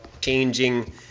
changing